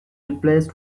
replaced